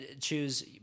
choose